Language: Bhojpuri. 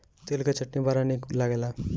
तिल के चटनी बड़ा निक लागेला